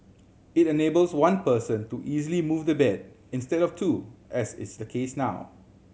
it enables one person to easily move the bed instead of two as is the case now